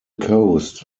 coast